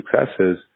successes